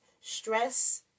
Stress